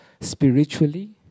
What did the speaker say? spiritually